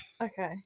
Okay